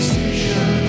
Station